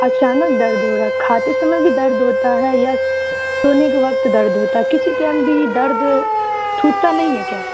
اچانک درد ہو رہا کھاتے سمے بھی درد ہوتا ہے یا سونے کے وقت درد ہوتا ہے کسی ٹائم بھی درد چھوٹھتا نہیں ہے کیا